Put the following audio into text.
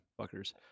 Fuckers